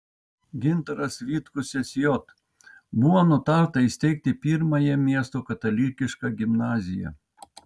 gintaras vitkus sj buvo nutarta įsteigti pirmąją miesto katalikišką gimnaziją